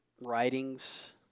writings